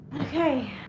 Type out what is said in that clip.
Okay